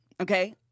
okay